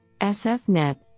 SFNet